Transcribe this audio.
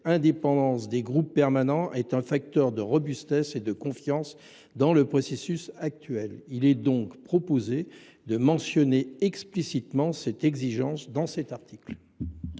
indépendance des groupes permanents est un facteur de robustesse et de confiance dans le processus actuel. Il est donc proposé de mentionner explicitement cette exigence dans cet article.